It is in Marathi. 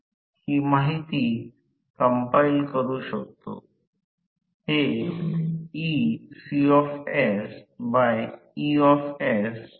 आता जेव्हा X 2 रोटर च्या लीकेज प्रतिक्रियवर स्थिर असेल ती रोटर वारंवारिता आहे